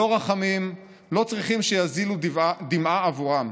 לא רחמים, לא צריכים שיזילו דמעה עבורם.